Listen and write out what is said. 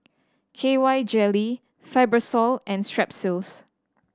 K Y Jelly Fibrosol and Strepsils